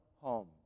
home